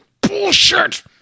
bullshit